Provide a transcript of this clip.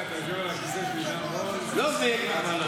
אמרתי לו.